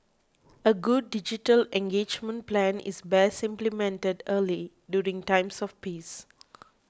a good digital engagement plan is best implemented early during times of peace